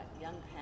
young